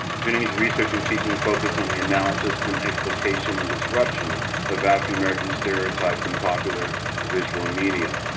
jennings research and teaching focused on the analysis and explication and disruption of african-american stereotypes and popular visual media.